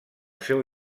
seu